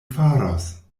faros